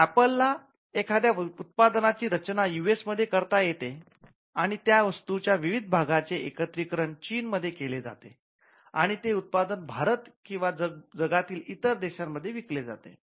Apple ला एखाद्या उत्पादनाची रचना यू एस ए मध्ये करता येते आणि त्या वस्तूच्या विविध भागांचे एकत्रीकरण चीन मध्ये केले जाते आणि ते उत्पादन भारत किंवा जगातील इतर देशांमध्ये विकले जाते